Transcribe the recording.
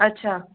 अछा